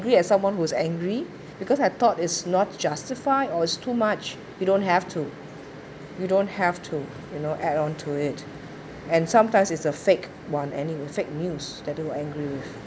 at someone who's angry because I thought it's not justified or is too much you don't have to you don't have to you know add on to it and sometimes it's a fake [one] and it would fake news that you're angry with